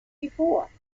before